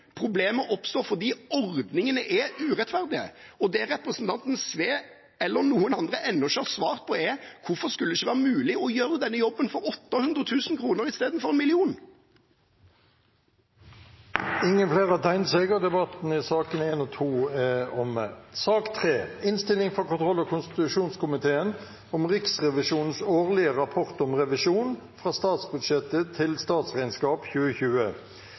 Problemet oppstår fordi ordningene er urettferdige. Det verken representanten Sve eller noen andre har svart på ennå, er hvorfor det ikke skulle være mulig å gjøre denne jobben for 800 000 kr istedenfor 1 mill. kr. Flere har ikke bedt om ordet til sakene nr. 1 og